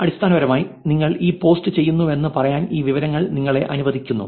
അടിസ്ഥാനപരമായി നിങ്ങൾ ഈ പോസ്റ്റ് ചെയ്യുന്നുവെന്ന് പറയാൻ ഈ വിവരങ്ങൾ നിങ്ങളെ അനുവദിക്കുന്നു